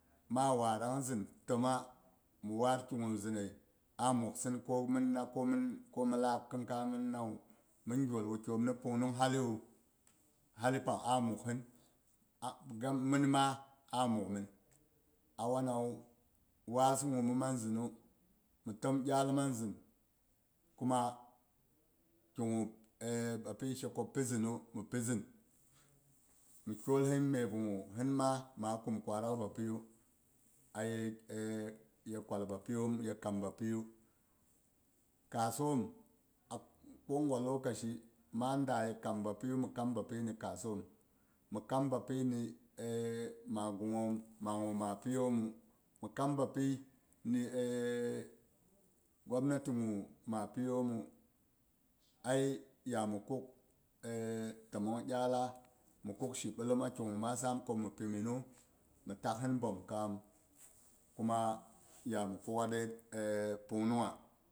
Ma waran zin kuma mhi war ki gu zinnai ko mhi laak khin kai mhin nawu, mhin kyol wukyai yom mi pung nung haliwwu, hali pang a mughsin ah, min ma a mugh min. A wana wu, waas gu mhin mang zinu mi tom iyal mang zin kuma kigu bapi she ko pi zinnu mi pi zin. Mhi kyol hin myep gu hin ma ma a kum kwarak bapiyu aye kwal bapi yom ye kam bapiyu. Kaasom a ko gwa lokaci ma da ye kam bapiyu, mhi kam bapi ni kaassom, mhi kam bapi nɨ ma gunghom ma gu ma piyommu mhi kam bapi ni gwap nati gu a piyommu ai ya mu kuk timmong iyalla mhi kuk shi ɓillemma kigu ma sam ku mhi pi mhinnu, mhi taksin bomkam kuma ya mhi kuk dai pung nung ha.